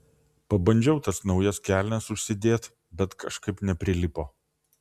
pabandžiau tas naujas kelnes užsidėt bet kažkaip neprilipo